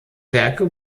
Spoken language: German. werke